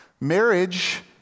Marriage